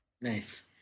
Nice